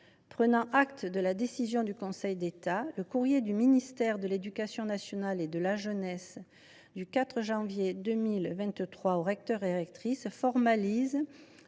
Prenant acte de la décision du Conseil d’État, un courrier du ministre de l’éducation nationale et de la jeunesse adressé aux recteurs et rectrices, le